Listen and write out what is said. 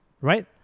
right